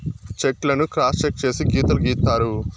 check లను cross check చేసి గీతలు గీత్తారు